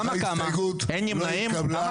אם כך ההסתייגות לא התקבלה.